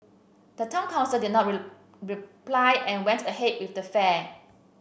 the town council did not reply and went ahead with the fair